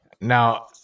Now